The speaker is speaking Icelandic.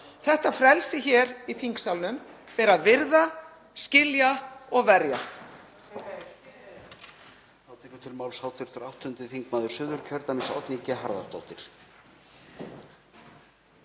Þetta frelsi hér í þingsalnum ber að virða, skilja og verja.